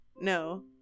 No